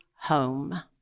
home